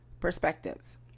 perspectives